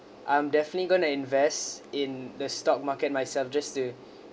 I'm definitely going to invest in the stock market myself just to